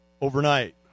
overnight